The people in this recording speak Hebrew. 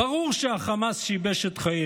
ברור שהחמאס שיבש את חיינו,